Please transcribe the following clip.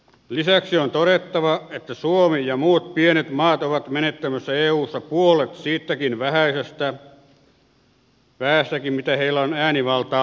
lisäksi on todettava että suomi ja muut pienet maat ovat menettämässä eussa puolet siitäkin vähästä mitä heillä on äänivaltaa ollut